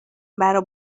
برا